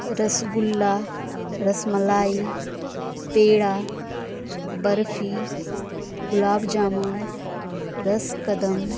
رس گلا رس ملائی پیڑا برفی گلاب جامن رس قدم